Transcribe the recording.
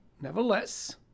Nevertheless